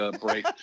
break